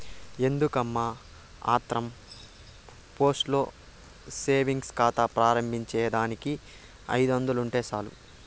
ఎందుకమ్మా ఆత్రం postal savings కాతా ప్రారంబించేదానికి ఐదొందలుంటే సాలు